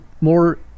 more